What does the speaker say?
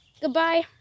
goodbye